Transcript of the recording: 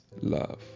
love